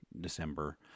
December